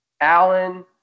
Allen